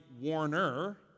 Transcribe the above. warner